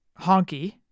Honky